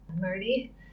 Marty